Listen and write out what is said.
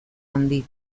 handi